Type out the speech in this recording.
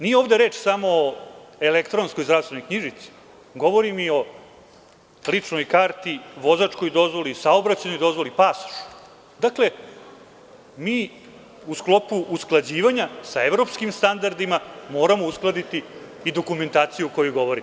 Nije ovde reč samo o elektronskoj zdravstvenoj knjižici, govorim i o ličnoj karti, vozačkoj dozvoli, saobraćajnoj dozvoli, pasošu, mi u sklopu usklađivanja sa evropskim standardima moramo uskladiti i dokumentaciju o kojoj govorimo.